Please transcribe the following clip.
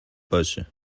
باشه